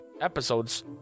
episodes